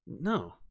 no